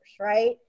right